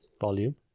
volume